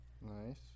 Nice